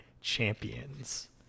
Champions